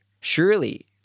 Surely